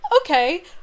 okay